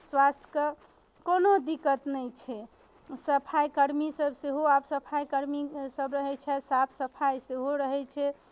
स्वास्थके कोनो दिक्कत नहि छै सफाइ कर्मी सब सेहो आब सफाइ कर्मी सब रहै छथि साफ सफाइ सेहो रहै छै